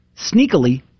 sneakily